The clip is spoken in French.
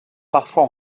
parfois